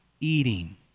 eating